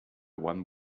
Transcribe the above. one